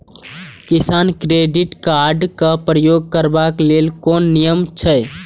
किसान credit card क प्रयोग करबाक लेल कोन नियम अछि?